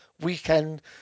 weekend